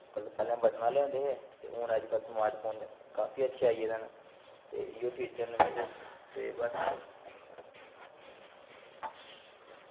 पैह्लें बटन आह्लें होंदे हे ते हून अज कल स्मार्टफोन काफी अच्छे आई गेदे न ते इयो फिचर न इंदे ते बस